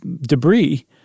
debris